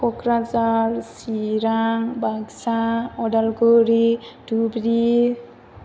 Kokrajhar Chirang Baksa Udalguri Dhubri